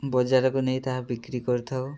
ବଜାରକୁ ନେଇ ତାହା ବିକ୍ରି କରିଥାଉ